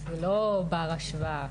זה לא בר השוואה.